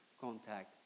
contact